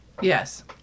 yes